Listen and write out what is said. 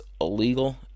illegal